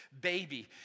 baby